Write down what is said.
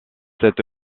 cette